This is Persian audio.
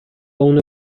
اونو